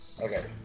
Okay